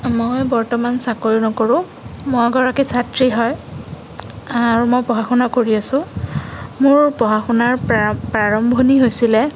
মই বৰ্ত্তমান চাকৰি নকৰোঁ মই এগৰাকী ছাত্ৰী হয় আৰু মই পঢ়া শুনা কৰি আছোঁ মোৰ পঢ়া শুনাৰ প্ৰাৰম্ভণি হৈছিলে